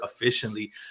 efficiently